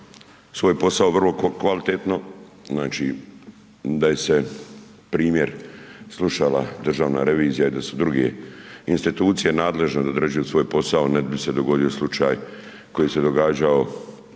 svoj posao vrlo kvalitetno, znači da je se je primjer slušala državna revizija i da su druge institucije nadležne da odrađuju svoj posao ne bi se dogodio slučaj koji se događao,